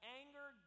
anger